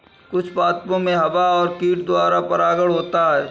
कुछ पादपो मे हवा और कीट द्वारा परागण होता है